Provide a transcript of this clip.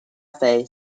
cafe